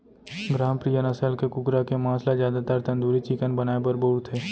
ग्रामप्रिया नसल के कुकरा के मांस ल जादातर तंदूरी चिकन बनाए बर बउरथे